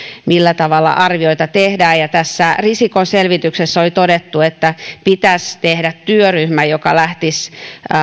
millä tavalla arvioita tehdään tässä risikon selvityksessä oli todettu että pitäisi perustaa työryhmä joka lähtisi